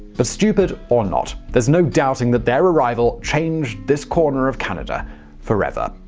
but, stupid or not, there's no doubting that their arrival changed this corner of canada forever.